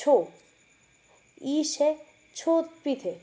छो ही शइ छो पई थिए